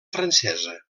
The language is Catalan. francesa